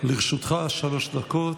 לרשותך שלוש דקות.